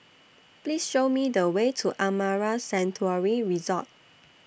Please Show Me The Way to Amara Sanctuary Resort